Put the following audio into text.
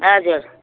हजुर